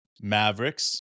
Mavericks